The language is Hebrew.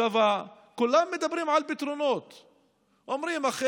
כולם מדברים על פתרונות ואומרים: אכן,